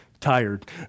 tired